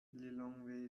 lilongwe